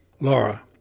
Laura